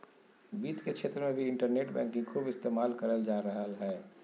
वित्त के क्षेत्र मे भी इन्टरनेट बैंकिंग खूब इस्तेमाल करल जा रहलय हें